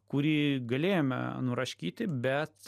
kurį galėjome nuraškyti bet